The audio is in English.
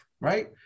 right